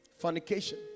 fornication